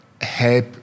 help